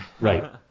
Right